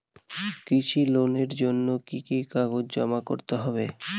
কৃষি লোনের জন্য কি কি কাগজ জমা করতে হবে?